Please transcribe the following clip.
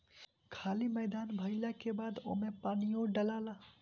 खाली मैदान भइला के बाद ओमे पानीओ डलाला